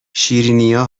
شیرینیا